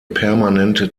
permanente